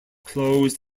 closed